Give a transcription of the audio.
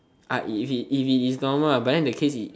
I if he if he is normal lah but then the case he